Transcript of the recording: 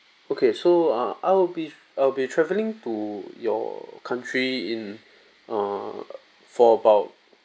okay so err I'll be I'll be travelling to your country in err for about